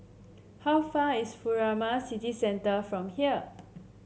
how far is Furama City Centre from here